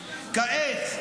כעת,